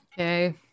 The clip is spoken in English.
Okay